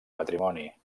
matrimoni